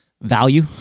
value